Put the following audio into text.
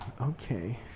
okay